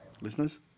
Listeners